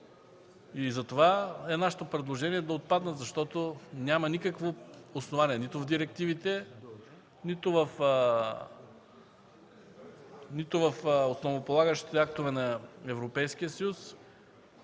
Затова нашето предложение е да отпаднат, защото няма никакво основание нито в директивите, нито в основополагащите актове на Европейския съюз